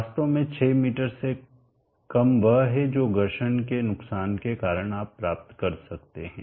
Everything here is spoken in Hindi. वास्तव में 6 मी से कम वह है जो घर्षण के नुकसान के कारण आप प्राप्त कर सकते हैं